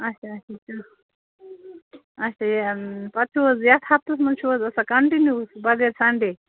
اچھا اچھا اچھا یہِ پتہٕ چھُو حظ یَتھ ہفتس منٛز چھُو حظ آسان کنٹِنیوٗ بغٲر سنڈے